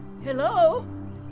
Hello